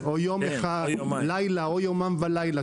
-- או יום אחד או יומם ולילה.